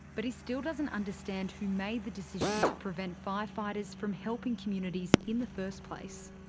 but he still doesn't understand who made the decision to prevent firefighters from helping communities in the first place.